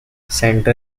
centre